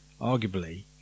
arguably